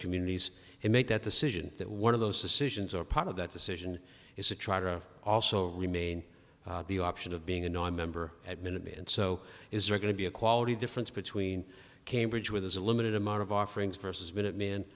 communities and make that decision that one of those decisions are part of that decision is to try to also remain the option of being a new member at minimum and so is there going to be a quality difference between cambridge where there's a limited amount of offerings versus minute